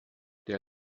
der